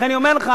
לכן אני אומר לך,